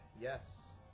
yes